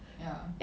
ya